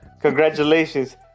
Congratulations